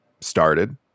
started